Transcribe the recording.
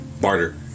Barter